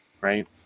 Right